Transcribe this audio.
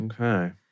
Okay